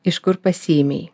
iš kur pasiėmei